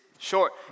short